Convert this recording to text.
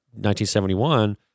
1971